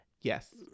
Yes